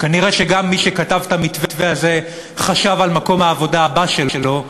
כנראה גם מי שכתב את המתווה הזה חשב על מקום העבודה הבא שלו,